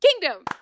Kingdom